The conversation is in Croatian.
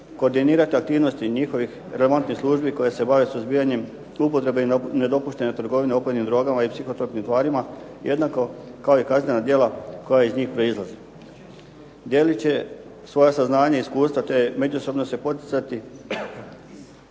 koordinirati aktivnosti njihovih relevantnih službi koje se bave suzbijanjem zloupotrebe i nedopuštene trgovine opojnim drogama i …/Govornik se ne razumije./… tvarima, jednako kao i kaznena djela koja iz njih proizlaze. Dijelit će svoja saznanja, iskustva te međusobno se poticati